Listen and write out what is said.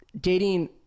dating